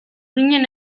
ginen